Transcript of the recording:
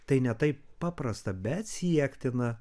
tai ne taip paprasta bet siektina